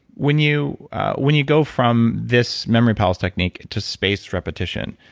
when you when you go from this memory palace technique to space repetition,